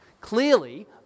Clearly